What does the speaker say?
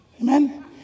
Amen